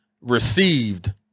received